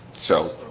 so